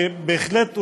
שבהחלט,